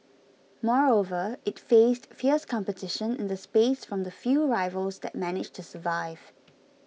moreover it faced fierce competition in the space from the few rivals that managed to survive